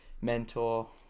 mentor